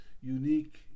unique